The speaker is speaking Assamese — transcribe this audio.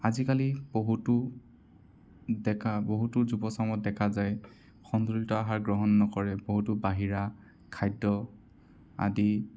আজিকালি বহুতো ডেকা বহুতো যুৱ চামক দেখা যায় সন্তুলিত আহাৰ গ্ৰহণ নকৰে বহুতো বাহিৰা খাদ্য আদি